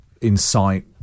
incite